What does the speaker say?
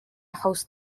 host